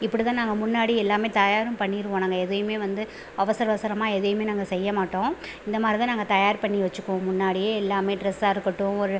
இப்படி தான் நாங்கள் முன்னாடி எல்லாமே தயாரும் பண்ணிருவோம் நாங்கள் எதையுமே வந்து அவசர அவசரமாக எதையுமே நாங்கள் செய்யமாட்டோம் இந்தமாதிரி தான் நாங்கள் தயார் பண்ணி வச்சிப்போம் முன்னாடியே எல்லாமே ட்ரெஸ்ஸாக இருக்கட்டும் ஒரு